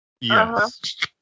Yes